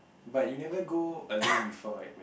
but you never go alone before right